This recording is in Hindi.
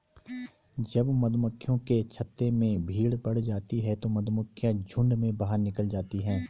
जब मधुमक्खियों के छत्ते में भीड़ बढ़ जाती है तो मधुमक्खियां झुंड में बाहर निकल आती हैं